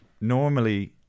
Normally